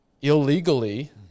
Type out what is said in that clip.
illegally